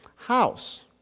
house